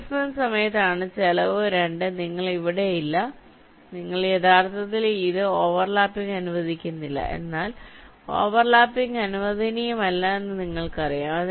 placement സമയത്താണ് ചെലവ് രണ്ട് നിങ്ങൾ ഇവിടെ ഇല്ല നിങ്ങൾ യഥാർത്ഥത്തിൽ ഇത് ഓവർലാപ്പിംഗ് അനുവദിക്കുന്നില്ല എന്നാൽ ഓവർലാപ്പിംഗ് അനുവദനീയമല്ലെന്ന് നിങ്ങൾക്കറിയാം